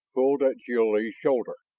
pulled at jil-lee's shoulder.